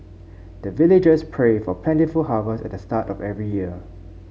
the villagers pray for plentiful harvest at the start of every year